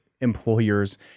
employers